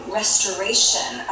restoration